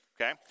okay